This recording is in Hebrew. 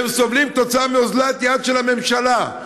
והם סובלים כתוצאה מאוזלת יד של הממשלה,